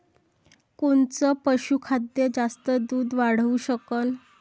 कोनचं पशुखाद्य जास्त दुध वाढवू शकन?